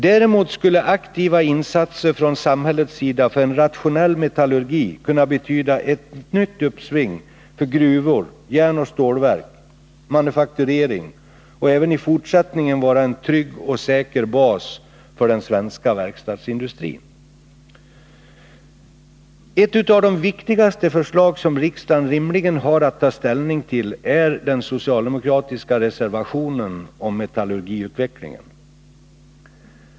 Däremot skulle aktiva insatser från samhällets sida för en rationell metallurgi kunna betyda ett nytt uppsving för gruvor, järnoch stålverk samt manufakturering och även i fortsättningen vara en trygg och säker bas för den svenska verkstadsindustrin. Ett av de viktigaste förslag som riksdagen rimligen har att ta ställning till är den socialdemokratiska reservationen om metallurgiutvecklingen.